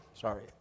Sorry